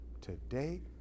today